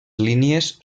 línies